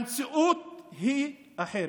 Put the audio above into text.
המציאות היא אחרת.